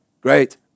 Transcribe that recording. great